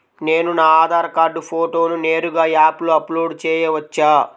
నేను నా ఆధార్ కార్డ్ ఫోటోను నేరుగా యాప్లో అప్లోడ్ చేయవచ్చా?